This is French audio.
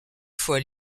fois